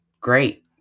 great